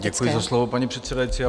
Děkuji za slovo, paní předsedající.